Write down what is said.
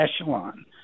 echelon